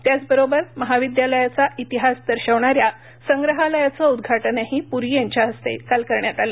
त्याच बरोबर महाविद्यलायचा इतिहास दर्शवणाऱ्या संग्रहालयाचं उद्घाटनही पुरी यांच्या हस्ते काल करण्यात आलं